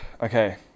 Okay